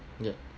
ya